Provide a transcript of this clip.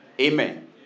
Amen